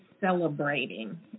celebrating